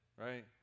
right